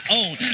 own